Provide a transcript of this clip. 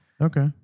Okay